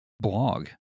blog